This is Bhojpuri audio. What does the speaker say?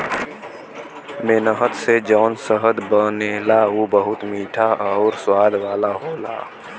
मेहनत से जौन शहद बनला उ बहुते मीठा आउर स्वाद वाला होला